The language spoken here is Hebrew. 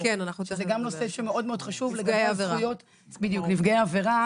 זה חשוב לגבי הזכויות של נפגעי עבירה.